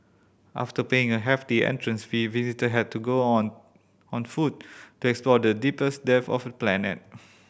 after paying a hefty entrance fee visitor had to go on on foot to explore the deepest depth of the planet